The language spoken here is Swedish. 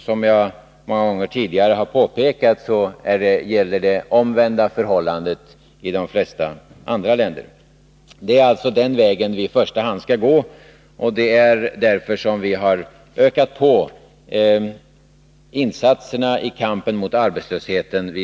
Som jag många gånger tidigare har påpekat gäller i de flesta andra länder det motsatta förhållandet. Det är alltså på det nämnda sättet som vi i första hand skall gå till väga, och därför har vi vid flera tillfällen ökat insatserna i kampen mot arbetslösheten.